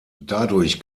dadurch